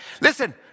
Listen